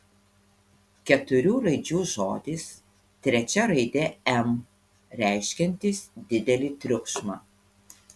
keturių raidžių žodis trečia raidė m reiškiantis didelį triukšmą